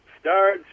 start